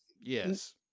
Yes